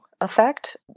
effect